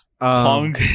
Pong